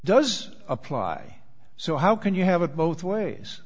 does apply so how can you have it both ways